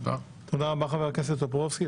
תודה לחבר הכנסת טופורובסקי.